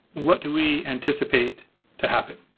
what do we anticipate to happen?